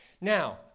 Now